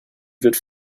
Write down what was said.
wird